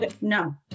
No